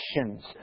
actions